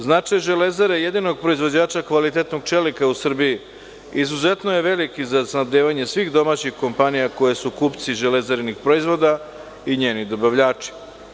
Značaj železare jedinog proizvođača kvalitetnog čelika u Srbiji izuzetno je veliko za snabdevanje svih domaćih kompanija koje su kupci železarnih proizvoda i njenih dobavljača.